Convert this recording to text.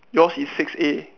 yours is six A